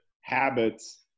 habits